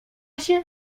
się